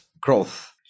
growth